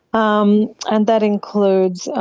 um and that includes